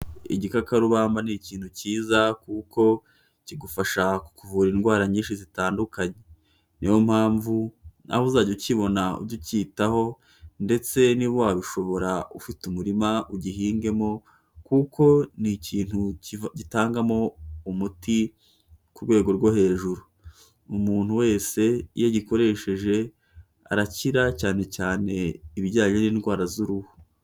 Igikakarubamba ni ikintu kiza kuko kigufasha kukuvura indwara nyinshi zitandukanye. Niyo mpamvu nawe uzajya ukibona uge ukitaho ndetse niba wabishobora ufite umurima ugihingemo kuko ni ikintu gitangamo umuti ku rwego rwo hejuru. Umuntu wese iyo agikoresheje arakira cyane cyane ibijyanye n'indwara z'uruhu.